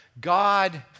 God